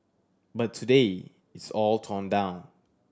but today it's all torn down